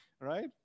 Right